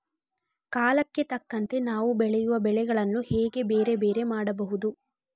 ಕಾಲಕ್ಕೆ ತಕ್ಕಂತೆ ನಾವು ಬೆಳೆಯುವ ಬೆಳೆಗಳನ್ನು ಹೇಗೆ ಬೇರೆ ಬೇರೆ ಮಾಡಬಹುದು?